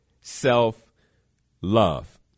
self-love